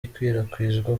ikwirakwizwa